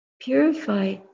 purify